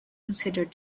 considered